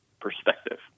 perspective